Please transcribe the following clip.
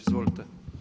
Izvolite.